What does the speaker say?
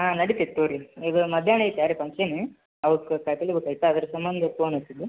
ಹಾಂ ನಡಿತೈತೆ ತಗೊ ರೀ ಇದು ಮಧ್ಯಾಹ್ನ ಐತರೀ ಫಂಕ್ಷನ್ ಅವ್ಕೆ ಕಾಯಿಪಲ್ಲೆ ಬೇಕಾಯ್ತು ಅದ್ರ ಸಂಬಂಧ್ ತಗೊಳ್ಳ ಹತ್ತಿದ್ದೋ